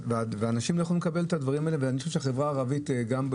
אני חושב שבחברה הערבית גם,